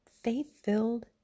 faith-filled